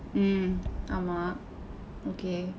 mm ஆமாம்:aamaam okay